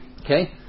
Okay